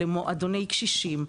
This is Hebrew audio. למועדוני קשישים,